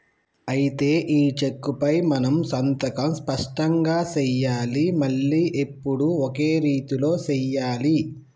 అయితే ఈ చెక్కుపై మనం సంతకం స్పష్టంగా సెయ్యాలి మళ్లీ ఎప్పుడు ఒకే రీతిలో సెయ్యాలి